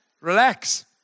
Relax